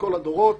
כל הדורות,